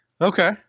Okay